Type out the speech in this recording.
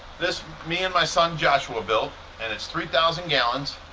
this me and my son joshua built and it's three thousand gallons.